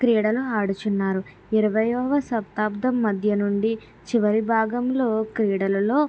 క్రీడలు ఆడిస్తున్నారు ఇరవై వ శతాబ్దం మధ్య నుండి చివరి భాగంలో క్రీడలలో